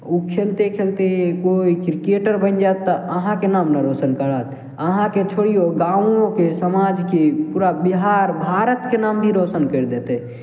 उ खेलते खेलते कोइ क्रिकेटर बनि जायत तऽ अहाँके नाम नहि रौशन करत अहाँके छोड़ियौ गाँवोके समाजके पूरा बिहार भारतके नाम भी रौशन करि देतय